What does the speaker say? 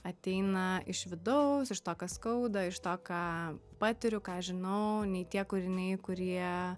ateina iš vidaus iš to ką skauda iš to ką patiriu ką žinau nei tie kūriniai kurie